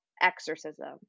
exorcism